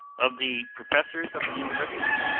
of the professors of the university,